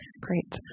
Great